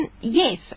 Yes